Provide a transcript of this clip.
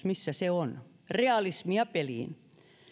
missä on tämän taakanjaon oikeudenmukaisuus realismia peliin